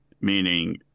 meaning